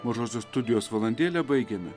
mažosios studijos valandėlę baigiame